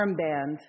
armband